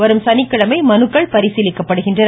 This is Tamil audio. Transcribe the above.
வரும் சனிக்கிழமை மனுக்கள் பரிசீலிக்கப்படுகின்றன